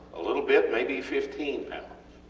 a little bit may be fifteen lbs